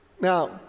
Now